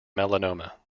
melanoma